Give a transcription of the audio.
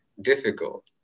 difficult